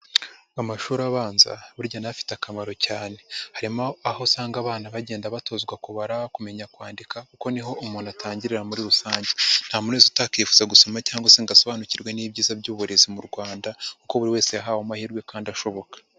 Amashuri abanza burya nayo afite akamaro cyane. Harimo aho usanga abana bagenda batozwa kubara, kumenya kwandika kuko niho umuntu atangirira muri rusange. Nta muntu wese utakifuza kumenya gusoma cyangwa se ngo asobanukirwe n'ibyiza by'uburezi mu Rwanda kuko buri wese yahawe amahirwe kandi ashoboka.